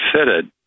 fitted